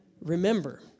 remember